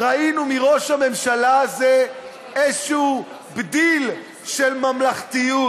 ראינו מראש הממשלה הזה איזשהו בדיל של ממלכתיות?